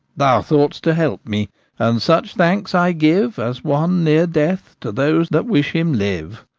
thou thought'st to help me and such thanks i give as one near death to those that wish him live.